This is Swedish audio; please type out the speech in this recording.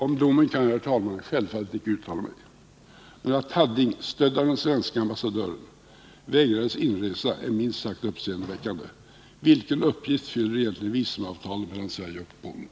Om domen kan jag, herr talman, självfallet inte uttala mig. Men att Hadding, stödd av den svenske ambassadören, vägrades inresa är minst sagt uppseendeväckande. Vilken uppgift fyller egentligen visumavtalet mellan Sverige och Polen?